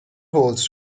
holes